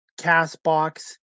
CastBox